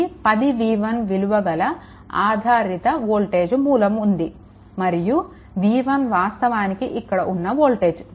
అది 10 v1 విలువ గల ఆధారిత వోల్టేజ్ మూలం ఉంది మరియు v1 వాస్తవానికి ఇక్కడ ఉన్న వోల్టేజ్